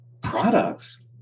products